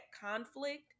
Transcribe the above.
conflict